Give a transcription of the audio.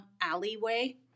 alleyway